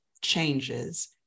changes